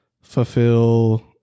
fulfill